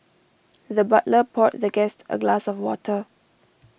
the butler poured the guest a glass of water